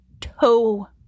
toe